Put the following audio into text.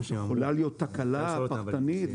יכולה להיות תקלה פרטנית,